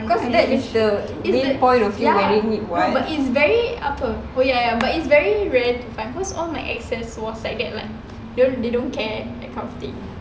is the ya but it's very apa oh ya ya but it's very rare to find cause all my exes like that [one] they don't care that kind of thing